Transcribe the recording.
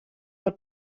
del